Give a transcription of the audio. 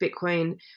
Bitcoin